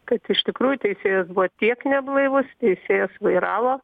kad iš tikrųjų teisėjas buvo tiek neblaivus teisėjas vairavo